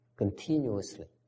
continuously